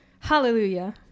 Hallelujah